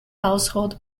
household